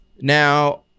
Now